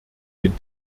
den